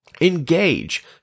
engage